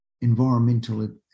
environmental